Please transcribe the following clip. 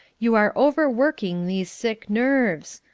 you are overworking these sick nerves.